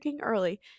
early